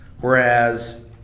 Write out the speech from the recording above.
Whereas